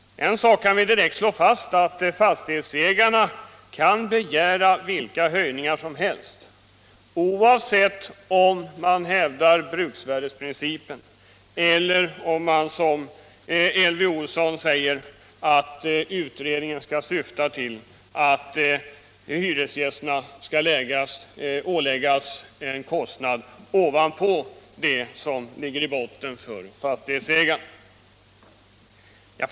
En sak kan vi direkt slå fast, nämligen att fastighetsägarna kan begära vilka höjningar som helst, oavsett om man hävdar bruksvärdesprincipen eller, som Elvy Olsson säger att utredningen skall syfta till, att hyresgästerna skall åläggas en kostnad ovanpå den som fastighetsägarna skulle få.